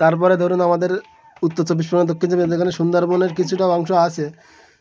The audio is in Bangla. তারপরে ধরুন আমাদের উত্তর চব্বিশ পরগনা দক্ষিণ চব্বিশ পরগনা যেখানে সুন্দরবনের কিছুটা অংশ আছে